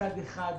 מצד אחד,